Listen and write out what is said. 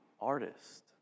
artist